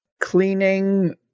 cleaning